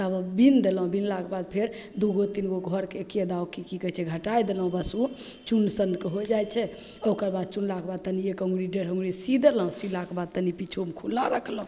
तब बीनि देलहुँ बिनलाके बाद फेर दुइगो तीनगो घरके एकि दाउँ कि कि कहै छै घटै देलहुँ बस ओ चुनसनके हो जाइ छै ओकरबाद चुनलाके बाद तनिएके अुङ्गुरी डेढ़ अुङ्गुरी सी देलहुँ सिलाके बाद तनि पिछुमे खुल्ला रखलहुँ